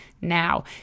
now